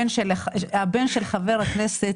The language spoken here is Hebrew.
הבן של חבר הכנסת,